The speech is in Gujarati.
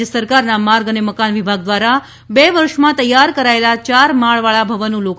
રાજ્ય સરકારના માર્ગ અને મકાન વિભાગ દ્વારા બે વર્ષમાં તૈયાર કરાયેલા ચારમાળ વાળા ભવનનું લોકાર્પણ થશે